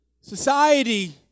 Society